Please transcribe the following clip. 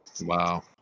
Wow